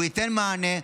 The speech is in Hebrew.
הוא ייתן מענה,